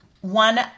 one